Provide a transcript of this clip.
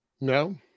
No